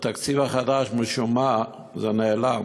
בתקציב החדש, משום מה זה נעלם.